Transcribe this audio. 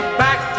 back